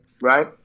Right